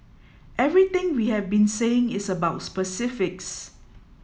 everything we have been saying is about specifics